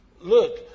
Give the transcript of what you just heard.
Look